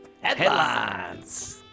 Headlines